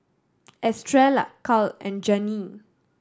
Estrella Cal and Janene